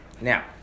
Now